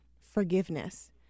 forgiveness